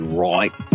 right